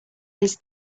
his